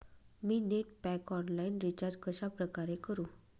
मी net pack online recharge कशाप्रकारे करु?